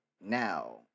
now